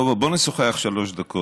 בוא נשוחח שלוש דקות.